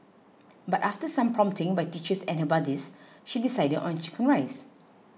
but after some prompting by teachers and her buddies she decided on Chicken Rice